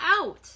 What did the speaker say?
out